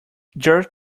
jerk